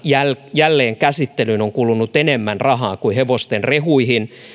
jälleenkäsittelyyn on kulunut enemmän rahaa kuin hevosten rehuihin